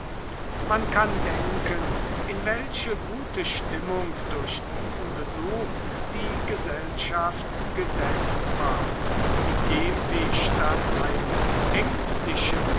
man kann denken in welche gute stimmung durch diesen besuch die gesellschaft gesetzt war indem sie statt eines ängstlichen